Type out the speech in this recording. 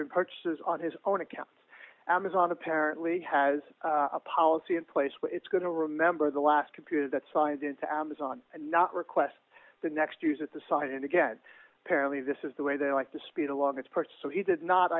been purchases on his own account amazon apparently has a policy in place where it's going to remember the last computer that signed into amazon and not request the next use at the site and again apparently this is the way they like to speed along its parts so he did not